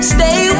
Stay